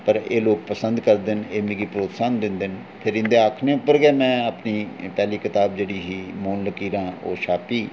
पर एह् लोक पसंद करदे न एह् मिगी प्रोत्साहन दिंदे न ते इं'दे आखने पर गै में अपनी पैह्ली कताब ही जेह्ड़ी मौन लकीरां ओह् छापी